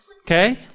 Okay